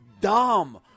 dumb